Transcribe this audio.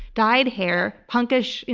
dyed hair, punk-ish,